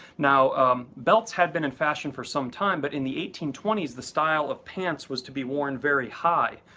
now belts had been in fashion for some time but in the eighteen twenty s the style of pants was to be worn very high.